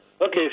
Okay